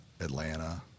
Atlanta